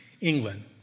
England